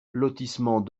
lotissement